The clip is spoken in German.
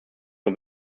nur